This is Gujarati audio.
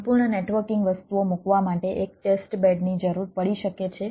સંપૂર્ણ નેટવર્કિંગ વસ્તુઓ મૂકવા માટે એક ટેસ્ટ બેડની જરૂર પડી શકે છે